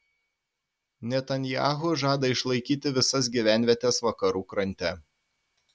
netanyahu žada išlaikyti visas gyvenvietes vakarų krante